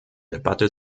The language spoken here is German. debatte